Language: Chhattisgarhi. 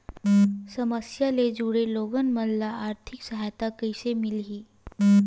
समस्या ले जुड़े लोगन मन ल आर्थिक सहायता कइसे मिलही?